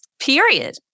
period